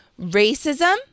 racism